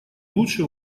лучше